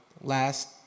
Last